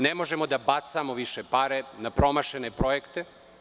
Ne možemo da merimo pare na promašene projekte.